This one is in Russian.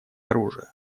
оружия